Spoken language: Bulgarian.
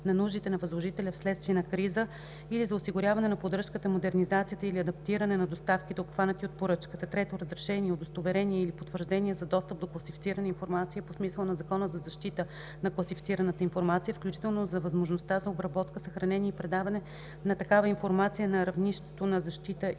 на нуждите на възложителя вследствие на криза, или за осигуряване на поддръжката, модернизацията или адаптиране на доставките, обхванати от поръчката. 3. разрешение, удостоверение или потвърждение за достъп до класифицирана информация по смисъла на Закона за защита на класифицираната информация, включително за възможността за обработка, съхранение и предаване на такава информация на равнището на защита,